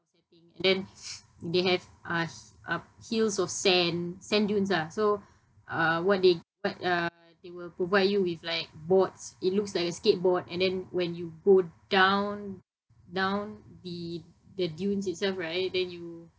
and then they have uh uh hills of sand sand dunes ah so uh what they what uh they will provide you with like boards it looks like a skateboard and then when you go down down the the dunes itself right then you